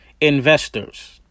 investors